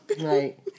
Right